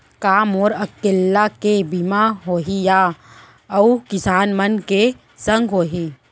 का मोर अकेल्ला के बीमा होही या अऊ किसान मन के संग होही?